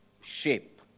shape